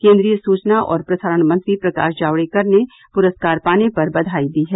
केन्द्रीय सूचना और प्रसारण मंत्री प्रकाश जावडेकर ने पुरस्कार पाने पर बधाई दी है